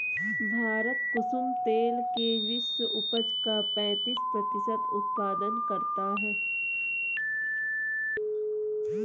भारत कुसुम तेल के विश्व उपज का पैंतीस प्रतिशत उत्पादन करता है